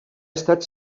estat